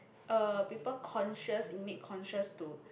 uh people conscious in make conscious to